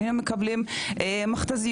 היינו מקבלים מכת"זיות,